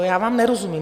Já vám nerozumím.